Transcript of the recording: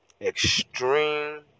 extreme